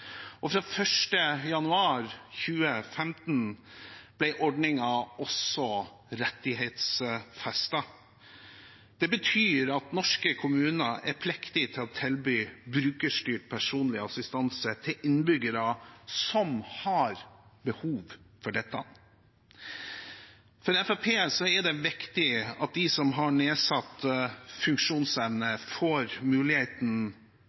Fra 1. januar 2015 ble ordningen også rettighetsfestet. Det betyr at norske kommuner er pliktig til å tilby brukerstyrt personlig assistanse til innbyggere som har behov for dette. For Fremskrittspartiet er det viktig at de som har nedsatt funksjonsevne, får muligheten